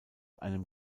einem